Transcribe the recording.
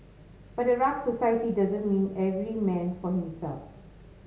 but a rugged society doesn't mean every man for himself